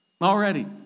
already